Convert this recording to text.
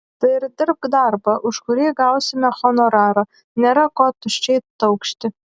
tai ir dirbk darbą už kurį gausime honorarą nėra ko tuščiai taukšti